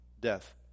death